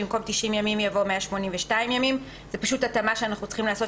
במקום "90 ימים" יבוא "182 ימים"" זו התאמה שאנחנו צריכים לעשות